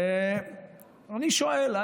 ואני שואל,